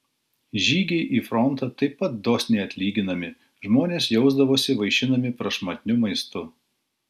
žygiai į frontą taip pat dosniai atlyginami žmonės jausdavosi vaišinami prašmatniu maistu